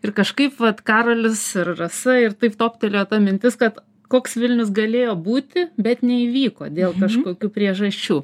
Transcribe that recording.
ir kažkaip vat karolis ir rasa ir taip toptelėjo mintis kad koks vilnius galėjo būti bet neįvyko dėl kažkokių priežasčių